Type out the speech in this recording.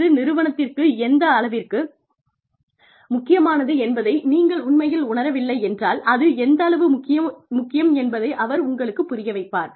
இது நிறுவனத்திற்கு எந்த அளவுக்கு முக்கியமானது என்பதை நீங்கள் உண்மையில் உணரவில்லை என்றால் அது எந்த அளவு முக்கியம் என்பதை அவர் உங்களுக்குப் புரியவைப்பார்